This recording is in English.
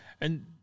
And-